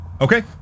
okay